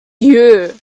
you